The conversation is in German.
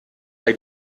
bei